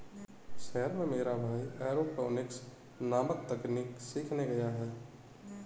शहर में मेरा भाई एरोपोनिक्स नामक तकनीक सीखने गया है